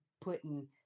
Putting